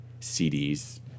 CDs